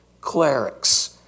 clerics